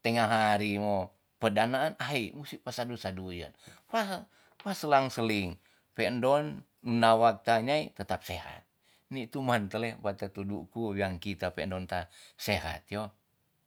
tenga hari mo pedanaan ai musti pasedu seduyen pa ha pa selang seling pe endon nawa ta nyai tetap sehat ni tu man tleh wateteduku wean kita pe endon ta sehat yo